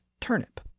turnip